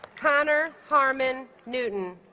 conor harmon newton